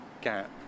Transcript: gap